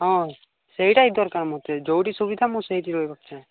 ହଁ ସେଇଟା ହିଁ ଦରକାର ମୋତେ ଯୋଉଠି ସୁବିଧା ମୁଁ ସେଇଠି ରହିବାକୁ ଟାହେଁ